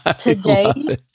Today